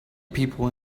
people